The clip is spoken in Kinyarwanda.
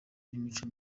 n’imico